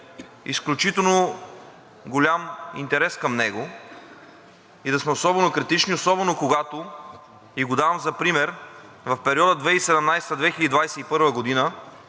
изключително голям интерес и да сме особено критични. Особено когато, и го давам за пример, в периода 2017 – 2021 г.